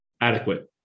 adequate